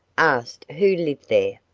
asked who lived there.